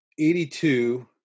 82